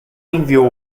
enviou